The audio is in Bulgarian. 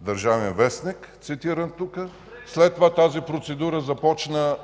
„Държавен вестник” цитиран тук, след това тази процедура започна